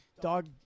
Dog